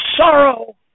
sorrow